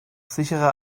sicherer